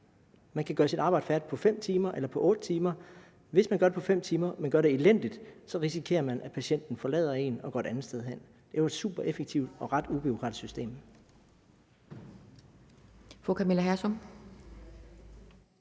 Man kan gøre sit arbejde færdigt på 5 timer eller på 8 timer. Hvis man gør det på 5 timer og man gør det elendigt, så risikerer man, at patienten forlader en og går et andet sted hen. Det er jo et supereffektivt og ret ubureaukratisk system.